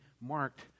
marked